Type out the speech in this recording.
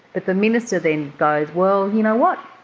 but the minister then goes, well, you know what,